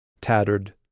tattered